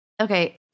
Okay